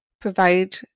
provide